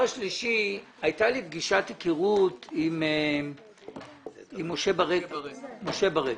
הייתה לי פגישת הכרות עם משה ברקת.